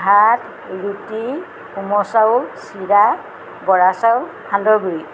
ভাত ৰুটি কোমল চাউল চিৰা বৰা চাউল সান্দহ গুৰি